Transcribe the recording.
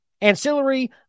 Ancillary